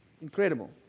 Incredible